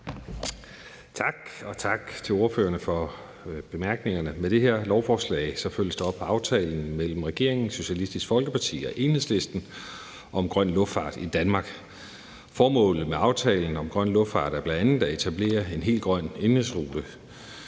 Tak, og tak til ordførerne for bemærkningerne. Med det her lovforslag følges der op på aftalen mellem regeringen, Socialistisk Folkeparti og Enhedslisten om grøn luftfart i Danmark. Formålet med aftalen om grøn luftfart er bl.a. at etablere en helt grøn